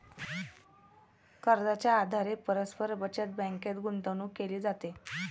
कर्जाच्या आधारे परस्पर बचत बँकेत गुंतवणूक केली जाते